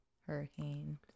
Hurricane